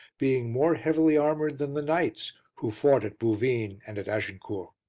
being more heavily armoured than the knights, who fought at bouvines and at agincourt